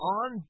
on